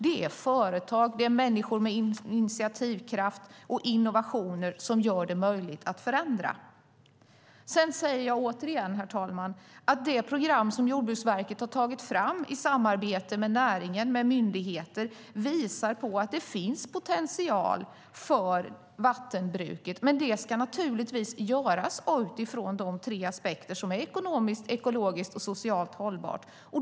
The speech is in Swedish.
Det är företag, det är människor med initiativkraft och innovationsförmåga som gör det möjligt att förändra. Sedan säger jag återigen, herr talman, att det program som Jordbruksverket har tagit fram i samarbete med näringen, med myndigheter visar på att det finns potential för vattenbruket. Men det ska naturligtvis göras utifrån de tre aspekterna ekonomiskt, ekologiskt och socialt hållbart.